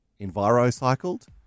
envirocycled